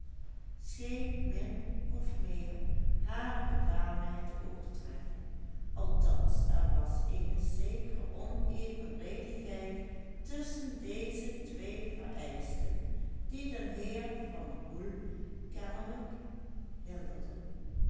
scheen min of meer hare bekwaamheid te overtreffen althans er was eene zekere onevenredigheid tusschen deze twee vereischten die den heer van hoel kennelijk hinderde